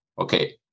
okay